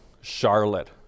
Charlotte